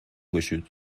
گشود